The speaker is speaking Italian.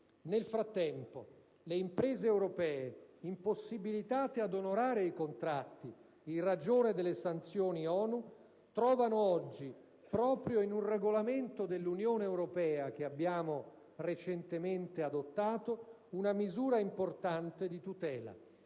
Nel frattempo, le imprese europee, impossibilitate ad onorare i contratti in ragione delle sanzioni ONU, trovano oggi, proprio in un regolamento dell'Unione europea che abbiamo recentemente adottato, una misura importante di tutela.